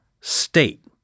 state